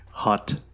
hot